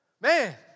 Man